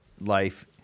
life